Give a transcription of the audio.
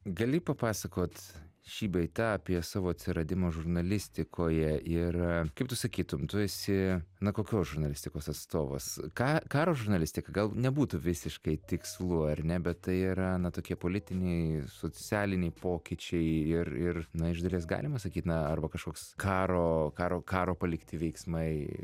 gali papasakot šį bei tą apie savo atsiradimo žurnalistikoje ir kaip tu sakytum tu esi na kokios žurnalistikos atstovas ką karo žurnalistika gal nebūtų visiškai tikslu ar ne bet tai yra na tokie politiniai socialiniai pokyčiai ir ir na iš dalies galime sakyt na arba kažkoks karo karo karo palikti veiksmai